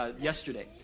yesterday